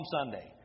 Sunday